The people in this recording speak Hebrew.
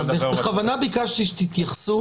בכוונה ביקשתי שתתייחסו